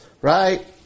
right